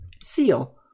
seal